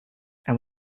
and